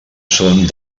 són